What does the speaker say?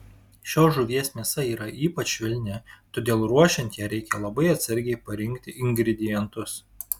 šios žuvies mėsa yra ypač švelni todėl ruošiant ją reikia labai atsargiai parinkti ingredientus